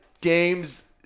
games